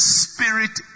spirit